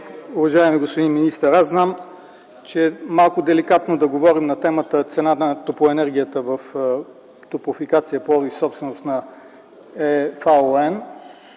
Уважаеми господин министър, аз знам, че е малко деликатно да говорим на темата цена на топлоенергията в „Топлофикация” – Пловдив, собственост на